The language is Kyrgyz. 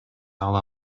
ала